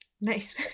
Nice